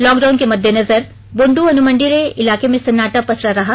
lockdown के मद्देनजर बुंडू अनुमंडलीय इलाके में सन्नाटा पसरा रहा